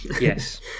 Yes